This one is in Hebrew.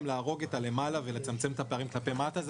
להרוג את החלק שלמעלה ולצמצם את הפערים כלפי מטה.